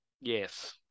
Yes